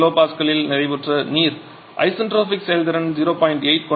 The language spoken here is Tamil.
8 kPa இல் நிறைவுற்ற நீர் ஐசென்ட்ரோபிக் செயல்திறன் 0